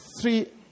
three